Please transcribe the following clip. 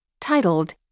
titled